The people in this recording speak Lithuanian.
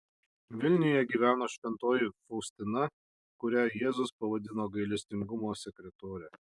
vilniuje gyveno šventoji faustina kurią jėzus pavadino gailestingumo sekretore